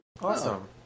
Awesome